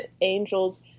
angels